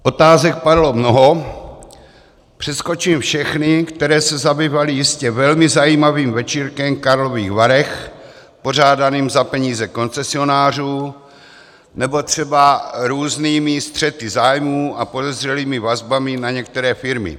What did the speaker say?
Otázek padalo mnoho, přeskočím všechny, které se zabývaly jistě velmi zajímavým večírkem v Karlových Varech pořádaným za peníze koncesionářů nebo třeba různými střety zájmů a podezřelými vazbami na některé firmy.